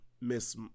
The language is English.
Miss